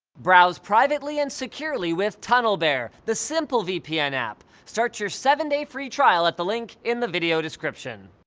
browse privately and securely with tunnelbear, the simple vpn app, start your seven day free trial at the link in the video description.